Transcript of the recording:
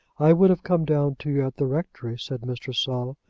i would have come down to you at the rectory, said mr. saul,